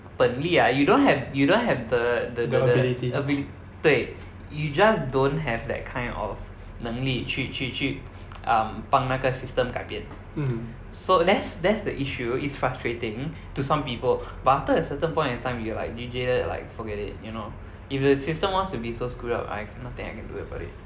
本力 ah you don't have you don't have the the the the abilit~ 对 you just don't have that kind of 能力去去去 um 帮那个 system 改变 so that's that's the issue it's frustrating to some people but after a certain point in time you're like 你觉得 like forget it you know if the system wants to be so screwed up I cannot nothing I can do about it